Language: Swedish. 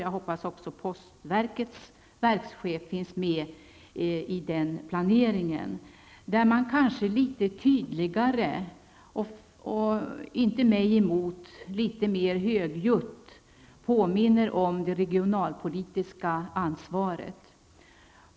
Jag hoppas att postverkets verkschef finns med i den planeringen. I dessa kontakter skulle man litet tydligare -- och inte mig emot litet mera högljutt -- påminna om det regionalpolitiska ansvaret.